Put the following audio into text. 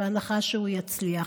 בהנחה שהוא יצליח.